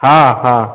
हाँ हाँ